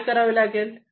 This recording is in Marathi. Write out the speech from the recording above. काय करावे लागेल